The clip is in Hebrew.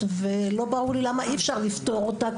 ולא ברור לי למה אי אפשר לפתור אותה,